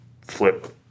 flip